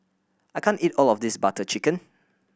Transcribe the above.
I can't eat all of this Butter Chicken